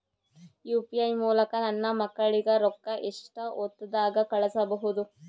UPI ಮೂಲಕ ನನ್ನ ಮಕ್ಕಳಿಗ ರೊಕ್ಕ ಎಷ್ಟ ಹೊತ್ತದಾಗ ಕಳಸಬಹುದು?